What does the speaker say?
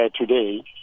today